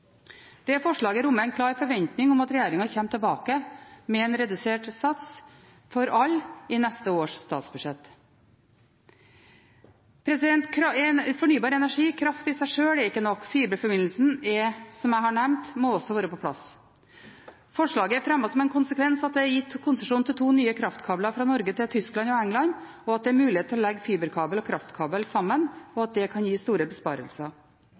Det forslaget rommer en klar forventning om at regjeringen i neste års statsbudsjett kommer tilbake med en redusert sats for alle. Fornybar energi, kraft i seg sjøl, er ikke nok. Fiberforbindelsen, som jeg har nevnt, må også være på plass. Forslaget er fremmet som en konsekvens av at det er gitt konsesjon til to nye kraftkabler fra Norge til Tyskland og England, at det er mulig å legge fiberkabel og kraftkabel sammen, og at det kan gi store besparelser.